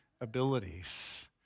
abilities